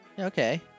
okay